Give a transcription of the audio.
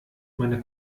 meine